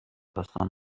داستان